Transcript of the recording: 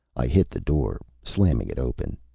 i hit the door, slamming it open.